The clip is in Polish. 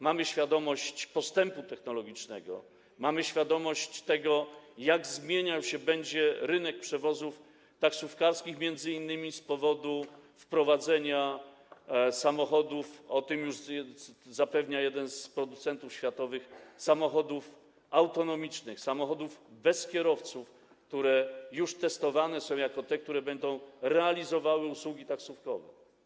Mamy świadomość postępu technologicznego, mamy świadomość tego, jak zmieniał się będzie rynek przewozów taksówkarskich, m.in. z powodu wprowadzenia, zapewnia o tym jeden z producentów światowych, samochodów autonomicznych, samochodów bez kierowców, które już są testowane jako te, które będą realizowały usługi taksówkowe.